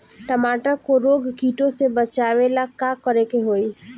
टमाटर को रोग कीटो से बचावेला का करेके होई?